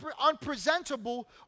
unpresentable